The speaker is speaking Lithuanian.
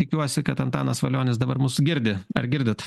tikiuosi kad antanas valionis dabar mus girdi ar girdit